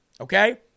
okay